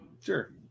Sure